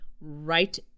right